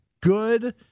good